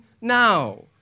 now